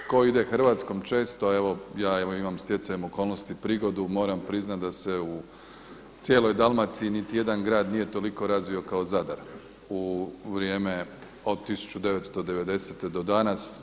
Tko ide Hrvatskom često, a ja evo imam stjecajem okolnosti prigodu, moram priznati da se u cijeloj Dalmaciji niti jedan grad nije toliko razvio kao Zadar u vrijeme od 1990. do danas.